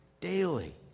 daily